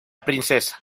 princesa